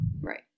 right